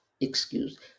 excuse